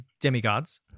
demigods